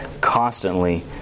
constantly